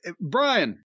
Brian